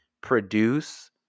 produce